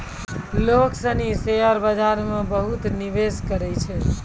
लोग सनी शेयर बाजार मे बहुते निवेश करै छै